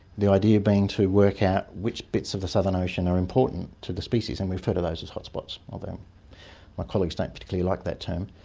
the idea being to work out which bits of the southern ocean are important to the species, and we refer to those as hot spots, although my colleagues don't particularly like that term,